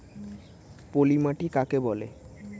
পলি মাটি কাকে বলে?